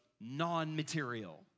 non-material